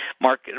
Mark